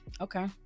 Okay